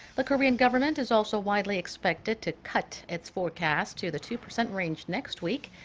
the korean government is also widely expected to cut its forecast to the two-percent range next week.